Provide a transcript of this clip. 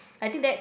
I think that's